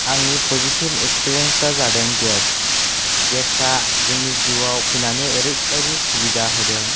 आंनि positive experience आ जादों गेस गेस आ जोंनि जिउआव फैनानै ओरैबायदि सुबिदा होदों